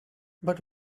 but